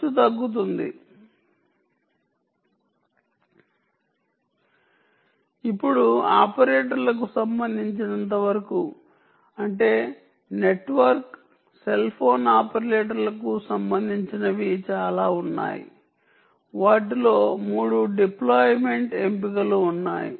ఖర్చు తగ్గుతుంది ఇప్పుడు ఆపరేటర్లకు సంబంధించినంతవరకు అంటే నెట్వర్క్ సెల్ ఫోన్ ఆపరేటర్లకు సంబంధించినవి చాలా ఉన్నాయి వాటిలో 3 డిప్లోయ్మెంట్ ఎంపికలు ఉన్నాయి